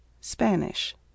Spanish